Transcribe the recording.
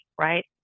right